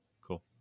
cool